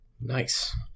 Nice